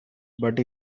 but